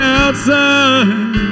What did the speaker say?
outside